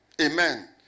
Amen